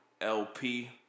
LP